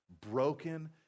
broken